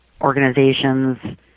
organizations